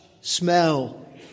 smell